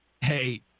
hey